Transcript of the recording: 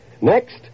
Next